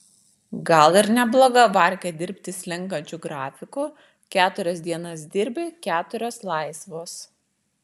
gal ir nebloga varkė dirbt slenkančiu grafiku keturias dienas dirbi keturios laisvos